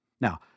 Now